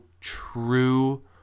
true